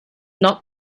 not